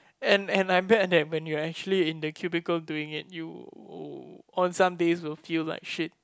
and and I bet that when you are actually in the cubicle doing it you on some days will feel like shit